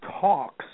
talks